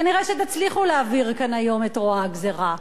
כנראה תצליחו להעביר כאן היום את רוע הגזירה,